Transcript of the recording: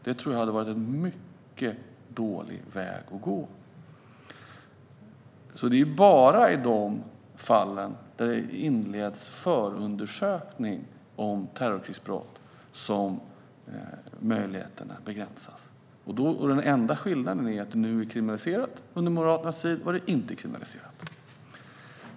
Det tror jag hade varit en mycket dålig väg att gå. Det är bara i de fall där det inleds förundersökning om terrorkrigsbrott som möjligheterna begränsas. Den enda skillnaden är att det nu är kriminaliserat. Under Moderaternas tid var det inte kriminaliserat.